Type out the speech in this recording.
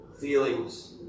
feelings